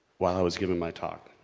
while i was giving my talk.